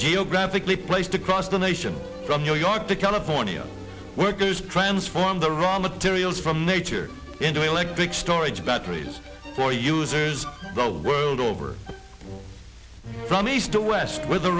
geo graphically placed across the nation from new york to california workers transform the raw materials from nature into electric storage batteries for users the world over from east to west with the